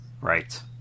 Right